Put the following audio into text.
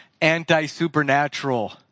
anti-supernatural